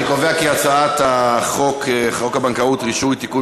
אני קובע כי הצעת חוק הבנקאות (רישוי) (תיקון